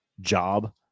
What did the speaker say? job